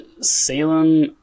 salem